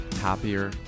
happier